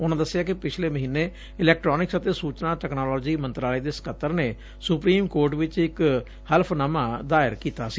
ਉਨੂਾ ਦਸਿਆ ਕਿ ਪਿਛਲੇ ਮਹੀਨੇ ਇਲੈਕਟ੍ਾਨਿਕਸ ਅਤੇ ਸੂਚਨਾ ਤਕਨਾਲੋਜੀ ਮੰਤਰਾਲੇ ਦੇ ਸਕੱਤਰ ਨੇ ਸੁਪਰੀਮ ਕੋਰਟ ਵਿਚ ਇਕ ਹਲਫਨਾਮਾ ਦਾਇਰ ਕੀਤਾ ਸੀ